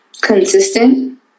consistent